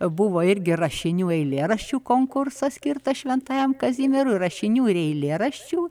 buvo irgi rašinių eilėraščių konkursas skirtas šventajam kazimierui rašinių ir eilėraščių